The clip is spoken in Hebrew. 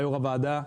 יו"ר הוועדה,